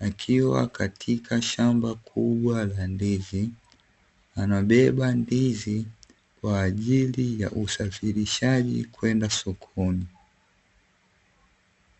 akiwa katika shamba kubwa la ndizi, anabeba ndizi kwa ajili ya usafirishaji kwenda sokoni.